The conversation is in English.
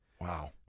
Wow